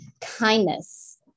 kindness